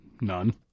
None